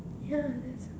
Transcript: ya that's